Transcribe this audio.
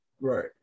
Right